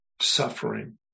suffering